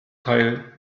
teil